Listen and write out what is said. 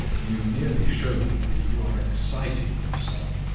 you merely show me that you are exciting yourself.